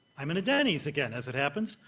i'm at denny's again, as it happens.